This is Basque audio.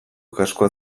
kaskoa